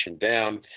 down